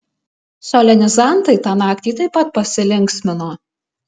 solenizantai tą naktį taip pat pasilinksmino